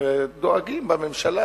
דואגים בממשלה,